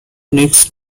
next